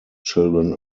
children